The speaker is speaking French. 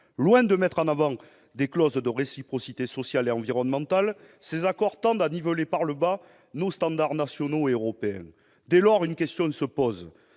Loin de mettre en avant des clauses de réciprocité sociale et environnementale, ces accords tendent à niveler par le bas nos standards nationaux et européens. Dès lors, une question se pose